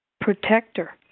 protector